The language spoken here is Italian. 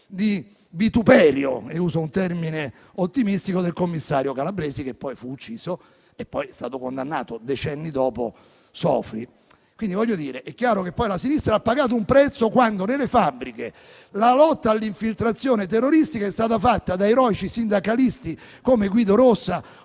di vituperio - e uso un termine ottimistico - del commissario Calabresi, che poi fu ucciso e decenni dopo è stato condannato Sofri. È chiaro che poi la sinistra ha pagato un prezzo, quando nelle fabbriche la lotta all'infiltrazione terroristica è stata fatta da eroici sindacalisti, come Guido Rossa,